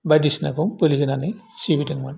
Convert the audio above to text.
बायदिसिनाखौ बोलि होनानै सिबिदोंमोन